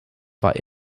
war